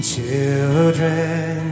Children